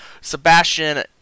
Sebastian